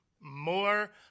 more